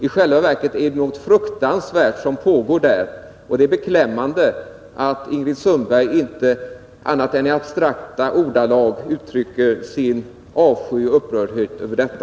I själva verket är det något fruktansvärt som pågår där, och det är beklämmande att Ingrid Sundberg inte annat än i abstrakta ordalag uttrycker sin avsky för och sin upprördhet över detta.